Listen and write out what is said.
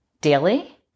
daily